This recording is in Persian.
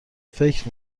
فکر